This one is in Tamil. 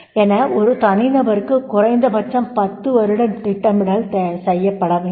என ஒரு தனிநபருக்கு குறைந்தபட்சம் 10 வருட திட்டமிடல் செய்யப்பட வேண்டும்